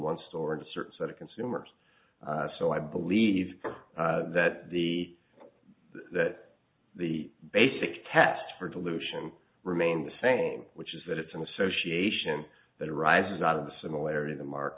one store and a certain set of consumers so i believe that the that the basic test for dilution remains the same which is that it's an association that arises out of the similarity